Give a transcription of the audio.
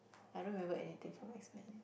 I don't remember anything from X Men